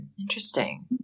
Interesting